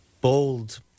bold